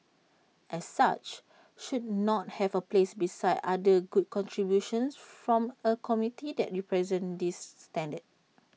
as such should not have A place beside other good contributions from A community that represent this standard